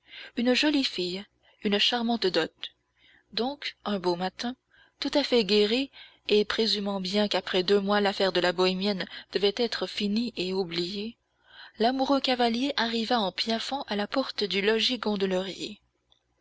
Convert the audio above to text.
une jolie fille une charmante dot donc un beau matin tout à fait guéri et présumant bien qu'après deux mois l'affaire de la bohémienne devait être finie et oubliée l'amoureux cavalier arriva en piaffant à la porte du logis